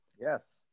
Yes